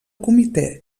comitè